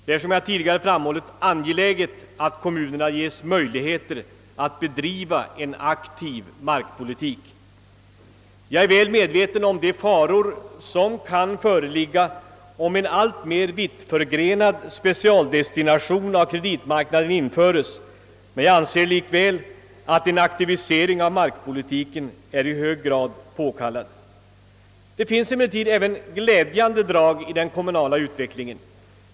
Det är, som jag tidigare framhållit, angeläget att kommunerna ges möjligheter att bedriva en aktiv markpolitik. Jag är väl medveten om de faror som kan föreligga om en alltmer vittförgrenad specialdestination av kreditmarknaden införes, men jag anser likväl att en aktivisering av markpolitiken är i hög grad påkallad. Det finns emellertid även glädjande drag i den kommunala utvecklingen.